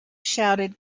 shouted